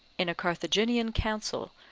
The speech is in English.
in a carthaginian council,